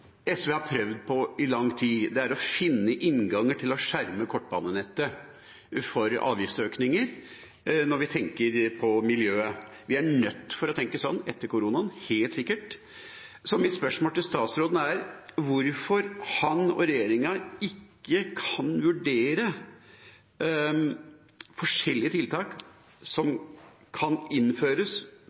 SV har prøvd på i lang tid, er å finne innganger til å skjerme kortbanenettet for avgiftsøkninger når vi tenker på miljøet. Vi er nødt til å tenke sånn etter koronaen, helt sikkert. Så mitt spørsmål til statsråden er: Hvorfor kan ikke han og regjeringa vurdere å innføre forskjellige tiltak på avgiftssida som